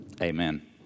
Amen